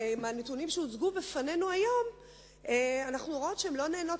מהנתונים שהוצגו בפנינו היום אנחנו רואות שהן לא נהנות